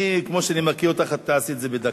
כמו שאני מכיר אותך, את תעשי את זה בדקה.